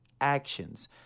actions